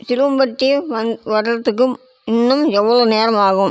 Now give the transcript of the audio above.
சிலுவம்பட்டி வந் வரத்துக்கும் இன்னும் எவ்வளோ நேரம் ஆகும்